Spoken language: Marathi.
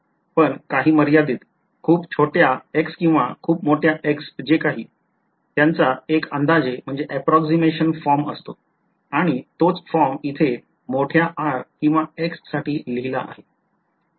पण काही मर्यादित खूप छोटा X किंवा खूप मोठा X जेकाही त्यांचा एक अंदाजे फॉर्म असतो आणि तोच फॉर्म इथे मोठ्या r किंवा X साठी लिहिला आहे